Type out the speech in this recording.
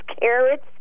carrots